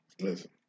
listen